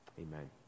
Amen